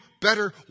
better